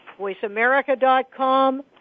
voiceamerica.com